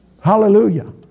Hallelujah